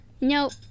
nope